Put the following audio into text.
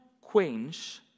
quench